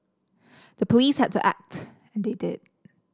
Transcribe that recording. the police had to act and they did